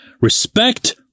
Respect